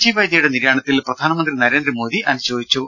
G വൈദ്യയുടെ നിര്യാണത്തിൽ പ്രധാനമന്ത്രി നരേന്ദ്രമോദി അനുശോചിച്ചു